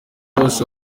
hose